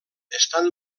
estan